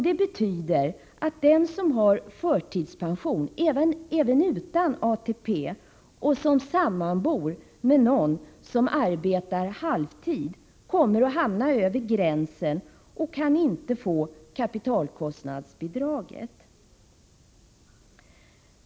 Det betyder att den som har förtidspension även utan ATP och som sammanbor med någon som arbetar halvtid kommer att hamna över gränsen och inte kan få kapitalkostfiadsbidraget.